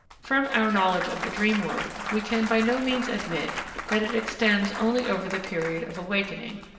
from our knowledge of the dream-work, we can by no means admit that it extends only over the period of awakening.